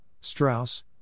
Strauss